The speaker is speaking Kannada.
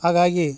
ಹಾಗಾಗಿ